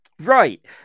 Right